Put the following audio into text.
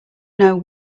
know